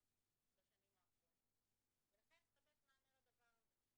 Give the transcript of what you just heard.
בשנים האחרונות ולכן צריך לתת מענה לדבר הזה.